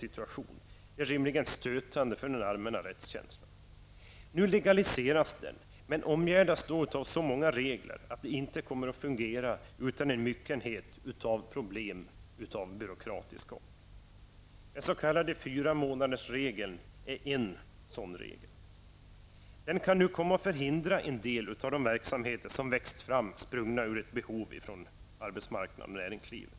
Nu legaliseras denna verksamhet, men omgärdas av så många regler att det inte kommer att fungera utan att det uppstår en myckenhet av problem av byråkratisk art. Den s.k. fyramånadersregeln är en sådan regel. Den kan komma att förhindra en del av de verksamheter som nu växt fram sprungna ur ett behov på arbetsmarknaden och inom näringslivet.